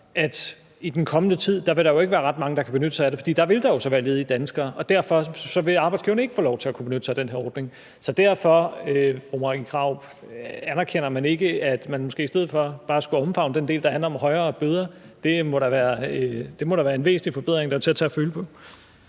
der i den kommende tid ikke ville være ret mange, der kan benytte sig af det, fordi der jo vil være ledige danskere, vil arbejdsgiverne ikke kunne få lov til at benytte sig af den her ordning. Så derfor vil jeg spørge fru Marie Krarup, om hun ikke anerkender, at man måske i stedet for bare skulle omfavne den del, der handler om højere bøder. Det må da være en væsentlig forbedring, der er til at tage og føle på.